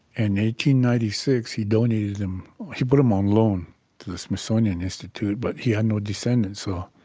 and ninety ninety six, he donated them he put them on loan to the smithsonian institute but he had no descendants so